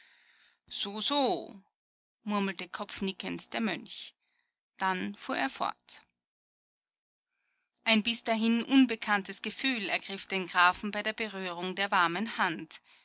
so so murmelte kopfnickend der mönch dann fuhr er fort ein bis dahin unbekanntes gefühl ergriff den grafen bei der berührung der warmen hand